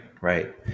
right